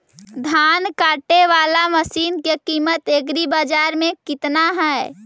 धान काटे बाला मशिन के किमत एग्रीबाजार मे कितना है?